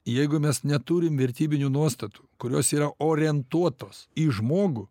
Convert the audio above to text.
jeigu mes neturim vertybinių nuostatų kurios yra orientuotos į žmogų